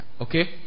Okay